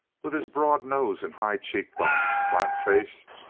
with his broad nose and high cheekbones, flat face,